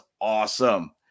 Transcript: awesome